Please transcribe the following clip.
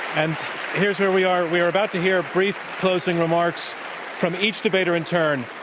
and here's where we are. we are about to hear brief closing remarks from each debater in turn.